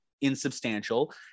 insubstantial